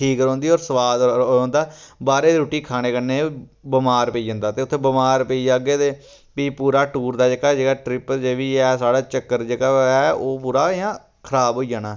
ठीक रौंह्दी होर सुआद रौंह्दा बाह्रे दी रुट्टी खाने कन्नै बमार पेई जंदा ते उत्थै बमार पेई जाह्गे ते फ्ही पूरा टूर दा जेह्का जेह्का ट्रिप जेह्ड़ा बी ऐ साढ़ा चक्कर जेह्का ऐ ओह् पूरा जां खराब होई जाना